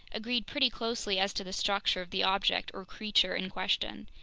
agreed pretty closely as to the structure of the object or creature in question,